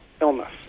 illness